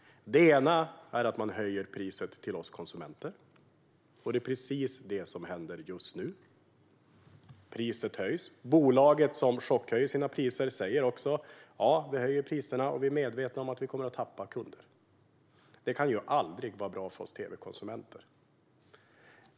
Det ena är att man höjer priset till oss konsumenter, och det är precis det som händer just nu. Bolaget som chockhöjer sina priser säger också: Ja, vi höjer priserna, och vi är medvetna om att vi kommer att tappa kunder. Det kan ju aldrig vara bra för oss tv-konsumenter.